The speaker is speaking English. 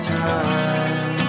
time